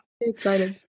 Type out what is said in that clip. excited